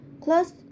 close